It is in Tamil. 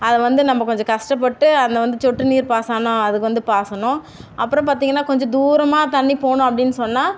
அதை வந்து நம்ம கொஞ்சம் கஷ்டப்பட்டு அந்த வந்து சொட்டு நீர் பாசனம் அதுக்கு வந்து பாய்ச்சணும் அப்புறம் பார்த்திங்கன்னா கொஞ்சம் தூரமாக தண்ணி போகணும் அப்படின்னு சொன்னால்